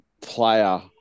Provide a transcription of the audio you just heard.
player